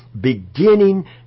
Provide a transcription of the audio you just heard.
beginning